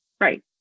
Right